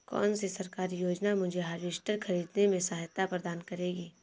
कौन सी सरकारी योजना मुझे हार्वेस्टर ख़रीदने में सहायता प्रदान करेगी?